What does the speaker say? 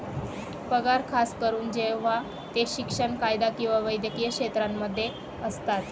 पगार खास करून जेव्हा ते शिक्षण, कायदा किंवा वैद्यकीय क्षेत्रांमध्ये असतात